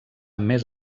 més